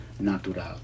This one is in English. natural